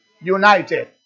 United